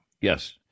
yes